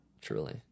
truly